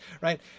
right